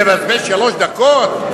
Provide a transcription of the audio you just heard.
לבזבז שלוש דקות?